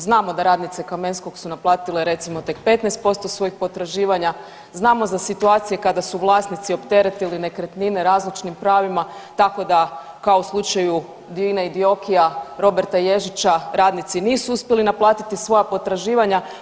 Znamo da radnice Kamenskog su naplatile recimo tek 15% svojih potraživanja, znamo za situacije kada su vlasnici opteretili nekretnine razlučnim pravima tako da kao u slučaju DINA-e i DIOKI-ja Roberta Ježića radnici nisu uspjeli naplatiti svoja potraživanja.